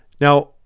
Now